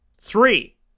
Three